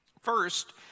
First